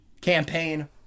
campaign